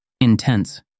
Intense